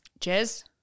Cheers